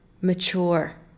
mature